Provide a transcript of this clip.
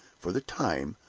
for the time,